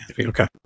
Okay